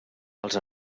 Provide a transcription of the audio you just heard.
als